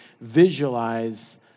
visualize